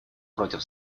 против